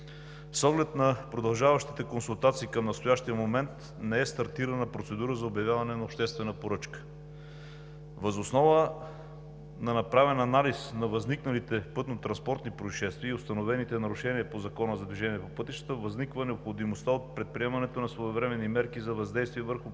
С оглед на продължаващите консултации, към настоящия момент не е стартирана процедура за обявяване на обществена поръчка. Въз основа на направен анализ на възникналите пътнотранспортни произшествия и установените нарушения по Закона за движение по пътищата възниква необходимостта от предприемането на своевременни мерки за въздействие върху поведението